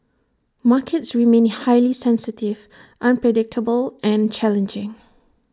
markets remain highly sensitive unpredictable and challenging